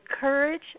courage